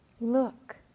Look